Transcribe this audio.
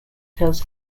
tells